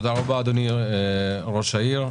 תודה רבה, אדוני ראש העיר.